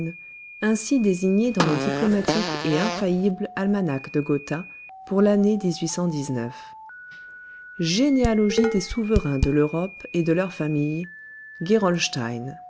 ainsi désigné dans le diplomatique et infaillible almanach de gotha pour l'année généalogie des souverains de l'europe et de leur famille